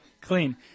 Clean